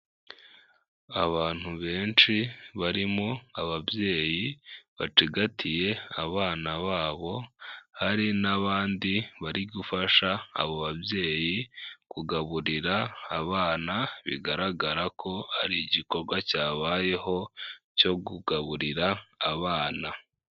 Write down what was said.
Abantu benshi barimo ababyeyi bacigatiye abana babo, hari n'abandi bari gufasha abo babyeyi kugaburira abana, bigaragara ko hari igikorwa cyabayeho cyo kugaburira abana.